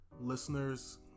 listeners